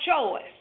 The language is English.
choice